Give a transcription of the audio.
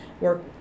work